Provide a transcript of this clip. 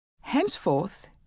Henceforth